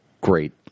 Great